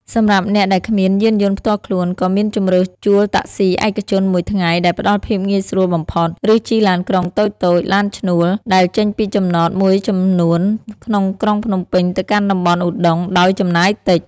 សម្រាប់អ្នកដែលគ្មានយានយន្តផ្ទាល់ខ្លួន ក៏មានជម្រើសជួលតាក់ស៊ីឯកជនមួយថ្ងៃដែលផ្តល់ភាពងាយស្រួលបំផុត ឬជិះឡានក្រុងតូចៗ ឡានឈ្នួល ដែលចេញពីចំណតមួយចំនួនក្នុងក្រុងភ្នំពេញទៅកាន់តំបន់ឧដុង្គដោយចំណាយតិច។